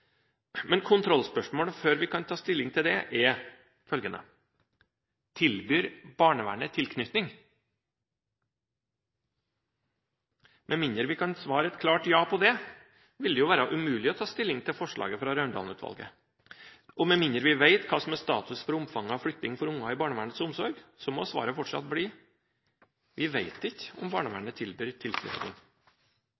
Men kontrollspørsmålet før vi kan ta stilling til det er følgende: Tilbyr barnevernet tilknytning? Med mindre vi kan svare et klart ja på det, vil det være umulig å ta stilling til forslaget fra Raundalen-utvalget. Og med mindre vi vet hva som er status for omfanget av flytting av barn i barnevernets omsorg, må svaret fortsatt bli: Vi vet ikke om